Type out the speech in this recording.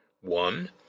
One